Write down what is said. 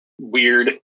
weird